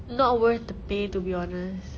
not worth the pay to be honest